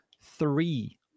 three